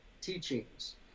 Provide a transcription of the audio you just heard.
teachings